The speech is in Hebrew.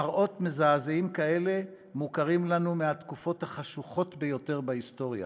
מראות מזעזעים כאלה מוכרים לנו מהתקופות החשוכות ביותר בהיסטוריה.